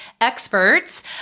experts